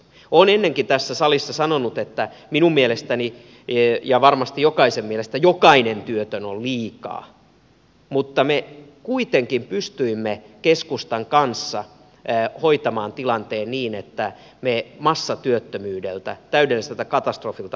olen ennenkin tässä salissa sanonut että minun mielestäni ja varmasti jokaisen mielestä jokainen työtön on liikaa mutta me kuitenkin pystyimme keskustan kanssa hoitamaan tilanteen niin että me massatyöttömyydeltä täydelliseltä katastrofilta vältyimme